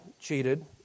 cheated